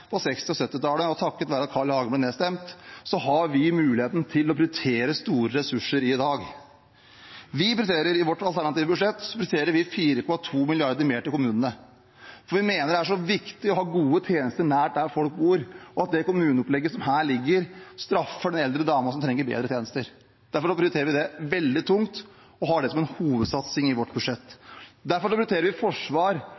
og 1970-tallet og takket være at Carl I. Hagen ble nedstemt, har vi muligheten til å prioritere store ressurser i dag. I vårt alternative budsjett prioriterer vi 4,2 mrd. kr mer til kommunene, for vi mener det er viktig å ha gode tjenester nært der folk bor, og at det kommuneopplegget som foreligger her, straffer den eldre damen som trenger bedre tjenester. Derfor prioriterer vi det veldig tungt og har det som en hovedsatsing i vårt